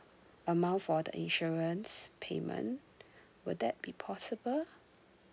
amount for the insurance payment will that be possible